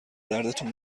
دردتون